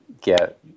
get